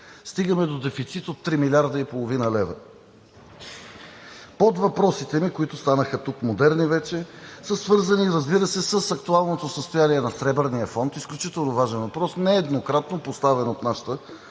стигаме до дефицит от 3,5 млн. лв.? Подвъпросите ми, които тук вече станаха модерни, са свързани, разбира се, с актуалното състояние на Сребърния фонд – изключително важен въпрос, нееднократно поставян от нашата